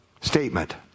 statement